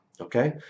Okay